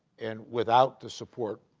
and without the support